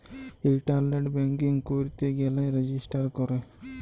ইলটারলেট banking ক্যইরতে গ্যালে register ক্যরে